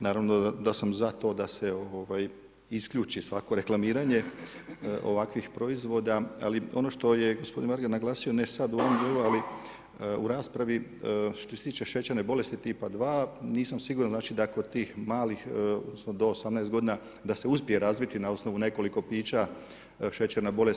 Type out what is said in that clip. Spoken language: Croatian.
Naravno da sam za to da se isključi svako reklamiranje ovakvih proizvoda, ali ono što je gospodin Varga naglasio ne sada u ovom dijelu, ali u raspravi što se tiče šećerne bolesti tipa 2, nisam siguran da kod tih mali odnosno do 18 godina da se uspije razviti na osnovu nekoliko pića šećerna bolest.